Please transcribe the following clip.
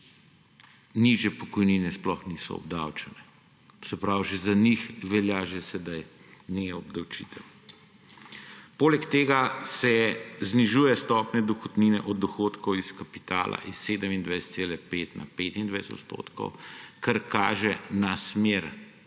nižje pokojnine sploh niso obdavčene. Se pravi, za njih velja že sedaj neobdavčitev. Poleg tega se znižuje stopnja dohodnine od dohodkov iz kapitala s 27,5 na 25 odstotkov, kar kaže na smer